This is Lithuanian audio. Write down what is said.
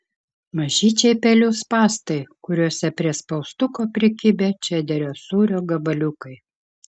mažyčiai pelių spąstai kuriuose prie spaustuko prikibę čederio sūrio gabaliukai